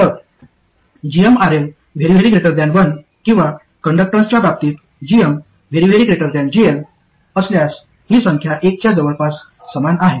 तर gmRL 1 किंवा कंडक्टन्सच्या बाबतीत gm GL असल्यास ही संख्या 1 च्या जवळपास समान आहे